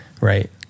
Right